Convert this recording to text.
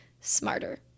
smarter